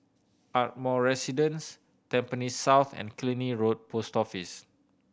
Ardmore Residence Tampines South and Killiney Road Post Office